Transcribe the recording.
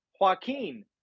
Joaquin